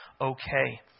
okay